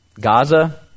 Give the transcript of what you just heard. Gaza